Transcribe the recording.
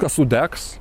kas sudegs